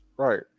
Right